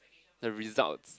the results